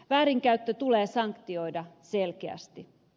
väärinkäyttö tulee sanktioida selkeästi